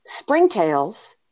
springtails